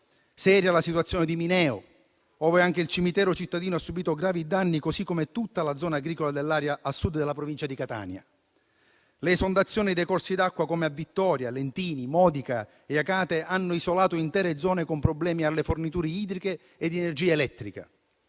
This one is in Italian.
seria la situazione di Mineo, ove anche il cimitero cittadino ha subito gravi danni, così come tutta la zona agricola dell'area a sud della Provincia di Catania. Le esondazioni dei corsi d'acqua, come a Vittoria, Lentini, Modica e Acate, hanno isolato intere zone, con problemi alle forniture idriche e di energia elettrica.